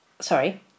sorry